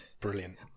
brilliant